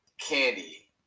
candy